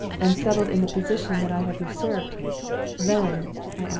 and settled in the position that i have usurped then,